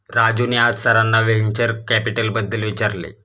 राजूने आज सरांना व्हेंचर कॅपिटलबद्दल विचारले